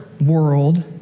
world